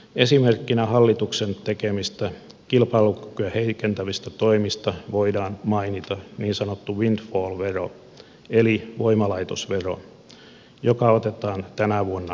esimerkkinä hallituksen tekemistä kilpailukykyä heikentävistä toimista voidaan mainita niin sanottu windfall vero eli voimalaitosvero joka otetaan tänä vuonna käyttöön